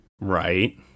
Right